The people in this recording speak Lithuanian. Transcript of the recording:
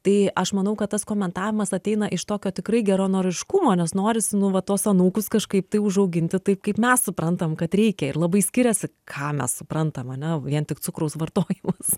tai aš manau kad tas komentavimas ateina iš tokio tikrai geranoriškumo nes norisi nu va tuos anūkus kažkaip tai užauginti taip kaip mes suprantam kad reikia ir labai skiriasi ką mes suprantam ane vien tik cukraus vartojimas